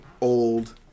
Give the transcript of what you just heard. old